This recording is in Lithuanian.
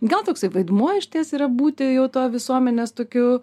gal toksai vaidmuo išties yra būti jau tuo visuomenės tokiu